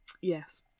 Yes